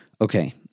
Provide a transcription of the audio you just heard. okay